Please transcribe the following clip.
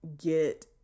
get